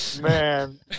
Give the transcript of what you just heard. Man